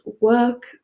work